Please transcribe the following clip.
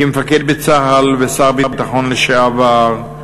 כמפקד בצה"ל ושר הביטחון לשעבר,